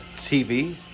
TV